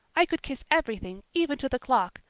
i could kiss everything, even to the clock.